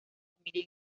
familia